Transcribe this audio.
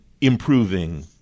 improving